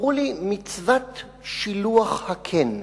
ואמרו לי: מצוות שילוח הקן.